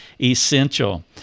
essential